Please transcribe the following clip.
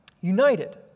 United